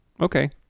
okay